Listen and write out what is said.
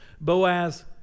Boaz